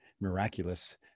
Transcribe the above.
miraculous